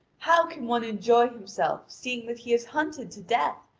how can one enjoy himself seeing that he is hunted to death,